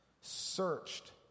searched